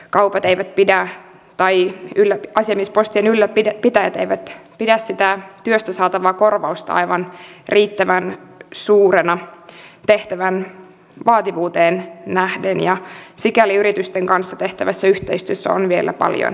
kaupat eivät pidä h siitä että asiamiespostien ylläpitäjät eivät pidä sitä työstä saatavaa korvausta riittävän suurena tehtävän vaativuuteen nähden ja sikäli yritysten kanssa tehtävässä yhteistyössä on vielä paljon tekemistä